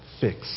fix